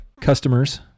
customers